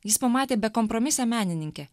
jis pamatė bekompromisę menininkę